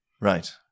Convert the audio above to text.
Right